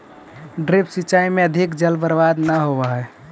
drip सिंचाई में अधिक जल बर्बाद न होवऽ हइ